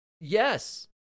Yes